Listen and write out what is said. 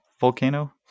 volcano